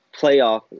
playoff